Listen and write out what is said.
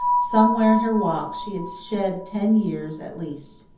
somewhere in her walk she had shed ten years at least.